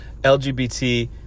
LGBT